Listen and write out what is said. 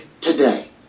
today